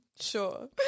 sure